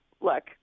look